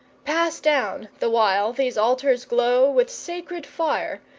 pass down, the while these altars glow with sacred fire,